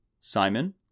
Simon